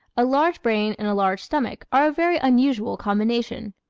a large brain and a large stomach are a very unusual combination.